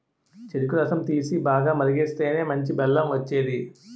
చెరుకు రసం తీసి, బాగా మరిగిస్తేనే మంచి బెల్లం వచ్చేది